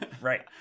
right